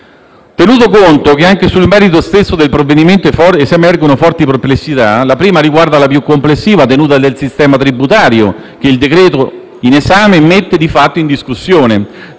del fatto che anche sul merito stesso del provvedimento emergono forti perplessità: la prima riguarda la più complessiva tenuta del sistema tributario, che il decreto-legge in esame mette di fatto in discussione.